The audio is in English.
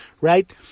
right